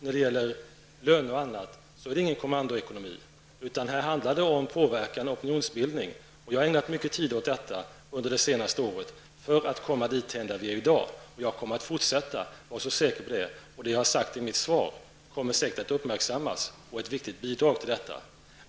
När det gäller löner och annat är det ingen kommandoekonomi. Det handlar om påverkan och opinionsbildning. Jag har ägnat mycket tid åt detta under det senaste året, i syfte att komma dit där vi befinner oss i dag. Var säker på att jag kommer att fortsätta. Det som jag har sagt i mitt svar kommer säkert att uppmärksammas och bli ett viktigt bidrag.